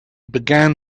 began